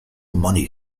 money